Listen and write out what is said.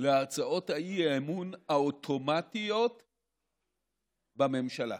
להצעות האי-אמון האוטומטיות בממשלה.